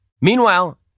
Meanwhile